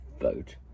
vote